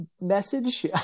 message